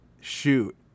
shoot